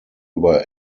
über